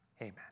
amen